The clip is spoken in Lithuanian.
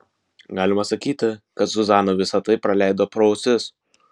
galima sakyti kad zuzana visa tai praleido pro ausis